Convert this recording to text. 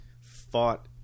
fought